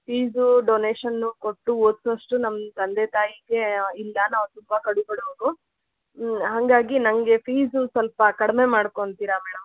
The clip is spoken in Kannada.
ಫೀಝು ಡೊನೇಷನ್ನು ಕೊಟ್ಟು ಓದ್ಸೋವಷ್ಟು ನಮ್ಮ ತಂದೆ ತಾಯಿಗೇ ಇಲ್ಲ ನಾವು ತುಂಬ ಕಡು ಬಡವರು ಹಾಗಾಗಿ ನನಗೆ ಫೀಝು ಸ್ವಲ್ಪ ಕಡಿಮೆ ಮಾಡ್ಕೊಳ್ತೀರಾ ಮೇಡಮ್